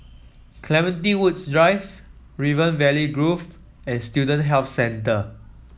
Clementi Woods Drive River Valley Grove and Student Health Centre